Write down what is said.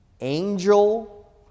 angel